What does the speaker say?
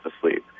asleep